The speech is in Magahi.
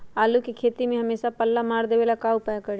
आलू के खेती में हमेसा पल्ला मार देवे ला का उपाय करी?